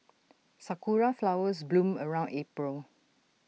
Sakura Flowers bloom around April